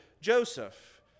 Joseph